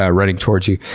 ah running towards you.